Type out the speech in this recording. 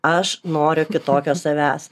aš noriu kitokio savęs